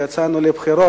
כשיצאנו לבחירות,